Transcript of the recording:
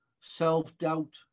self-doubt